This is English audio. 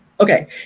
okay